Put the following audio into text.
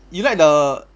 you like the